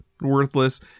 worthless